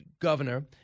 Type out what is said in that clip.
Governor